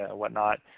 ah whatnot,